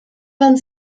wann